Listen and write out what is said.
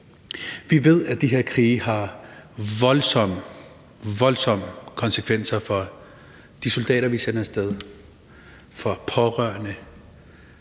Vi ved, at de her krige har voldsomme, voldsomme konsekvenser for de soldater, vi sender af sted, for pårørende.